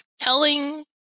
telling